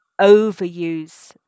overuse